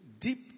deep